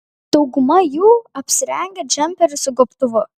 dauguma jų apsirengę džemperiu su gobtuvu